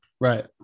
right